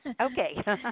Okay